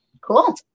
Cool